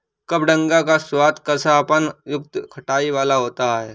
कबडंगा का स्वाद कसापन युक्त खटाई वाला होता है